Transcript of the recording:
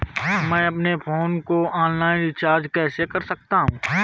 मैं अपने फोन को ऑनलाइन रीचार्ज कैसे कर सकता हूं?